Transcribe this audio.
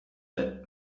that